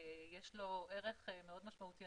יש לו ערך מאוד משמעותי.